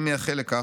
אני מייחל לכך",